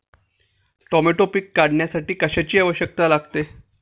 Tomato पीक काढण्यासाठी कशाची आवश्यकता लागते?